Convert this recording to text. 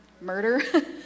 murder